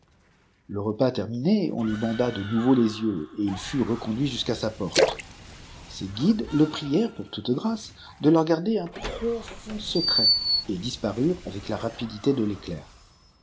le repas terminé on lui banda de nouveau les yetix et il fut reconduit jusqu'à sa porte ses guides le prièrent pour toute çrâce de leur garder un profond secret et disparurent avec la rapiaité de l'éclair